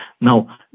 Now